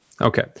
Okay